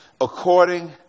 according